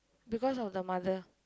because of the mother